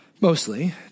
mostly